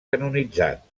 canonitzat